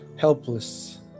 helpless